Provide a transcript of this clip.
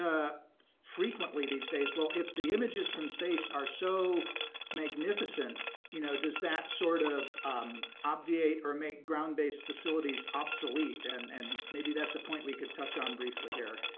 ah frequently these days, well if the images from space are so magnificent you know does that sort of obviate or make ground-based facilities obsolete, and and maybe that's a point we could touch on briefly here.